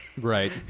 Right